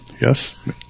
Yes